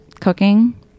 cooking